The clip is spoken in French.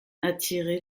attiré